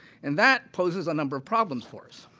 and that poses a number of problems for us.